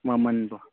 ꯃꯃꯟꯕꯣ